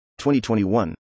2021